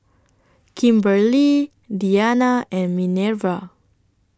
Kimberely Dianna and Minerva